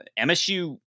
MSU